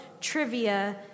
trivia